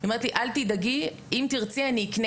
היא אמרה לי - אל תדאגי אם תרצי אני אקנה